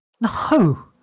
No